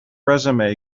resume